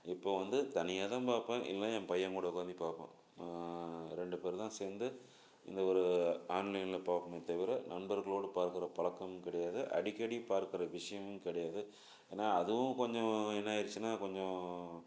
இப்போது வந்து தனியாக தான் பார்ப்பேன் இல்லை என் பையன் கூட உக்காந்தி பார்ப்போம் ரெண்டுப் பேர் தான் சேர்ந்து இந்த ஒரு ஆன்லைன்ல பார்ப்போமேத் தவிர நண்பர்களோடு பார்க்கிற பழக்கமும் கிடையாது அடிக்கடி பார்க்கிற விஷயமும் கிடையாது ஆனால் அதுவும் கொஞ்சம் என்ன ஆயிருச்சின்னால் கொஞ்சம்